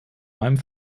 meinem